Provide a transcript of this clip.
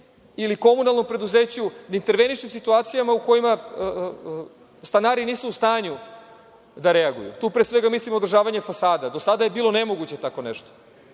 ili komunalnom preduzeću da interveniše u situacijama u kojima stanari nisu u stanju da reaguju. Tu pre svega mislim na održavanje fasada. Do sada je bilo nemoguće tako nešto.